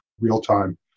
real-time